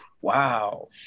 wow